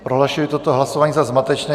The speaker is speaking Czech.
Prohlašuji toto hlasování za zmatečné.